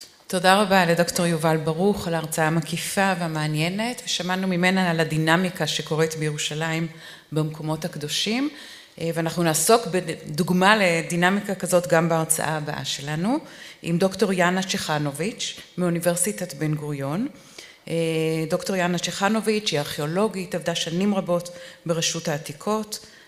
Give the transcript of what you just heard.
תודה רבה לדקטור יובל ברוך על ההרצאה המקיפה והמעניינת, שמענו ממנה על הדינמיקה שקורית בירושלים במקומות הקדושים, ואנחנו נעסוק בדוגמה לדינמיקה כזאת גם בהרצאה הבאה שלנו, עם דוקטור יאנה צ'חנוביץ' מאוניברסיטת בן גוריון. דוקטור יאנה צ'חנוביץ' היא ארכיאולוגית, עבדה שנים רבות ברשות העתיקות.